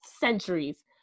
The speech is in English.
centuries